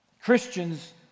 Christians